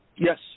Yes